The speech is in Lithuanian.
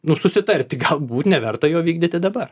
nu susitarti galbūt neverta jo vykdyti dabar